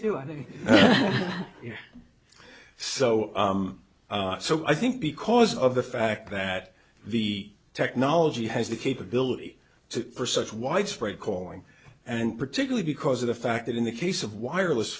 so so i think because of the fact that the technology has the capability to for such widespread calling and particularly because of the fact that in the case of wireless